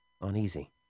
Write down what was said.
uneasy